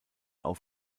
auf